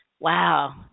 Wow